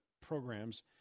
programs